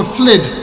fled